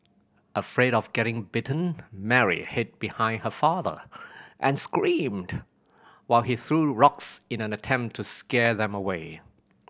afraid of getting bitten Mary hid behind her father and screamed while he threw rocks in an attempt to scare them away